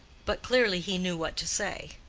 but clearly he knew what to say.